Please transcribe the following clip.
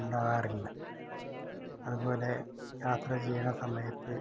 ഉണ്ടാകാറില്ല അതുപോലെ യാത്ര ചെയ്യുന്ന സമയത്ത്